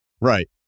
Right